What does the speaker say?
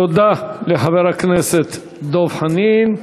תודה לחבר הכנסת דב חנין.